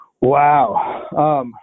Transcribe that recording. Wow